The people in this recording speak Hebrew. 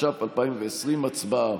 התש"ף 2020. הצבעה.